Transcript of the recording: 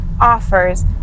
offers